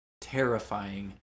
terrifying